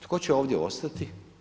Tko će ovdje ostati?